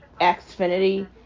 Xfinity